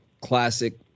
classic